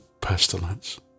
pestilence